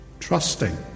trusting